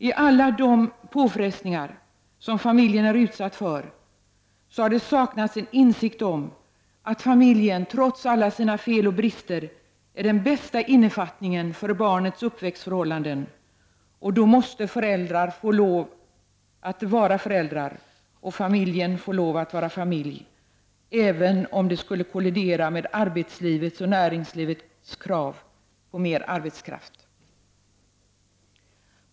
I alla de påfrestningar som familjen är utsatt för har det saknats en insikt om att familjen, trots alla sina fel och brister, är den bästa innefattningen för barnets uppväxtförhållanden, och då måste föräldrar få lov att vara föräldrar och familjen få lov att vara familj, även om det skulle kollidera med arbetslivets och näringslivets krav på mer arbetskraft.